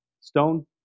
Stone